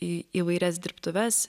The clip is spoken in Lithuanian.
į įvairias dirbtuves